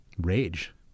Rage